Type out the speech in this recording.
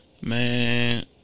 man